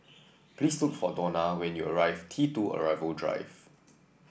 please look for Dona when you reach T two Arrival Drive